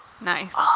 Nice